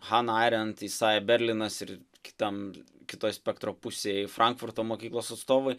hana arent isai berlinas ir kitam kitoj spektro pusėj frankfurto mokyklos atstovai